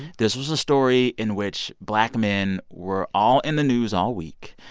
this was a story in which black men were all in the news all week.